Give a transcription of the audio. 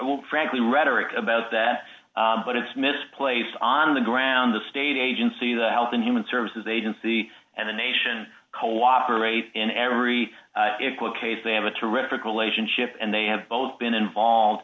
frankly rhetoric about that but it's misplaced on the ground the state agency the health and human services agency and the nation cooperate in every equiv case they have a terrific relationship and they have both been involved